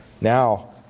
Now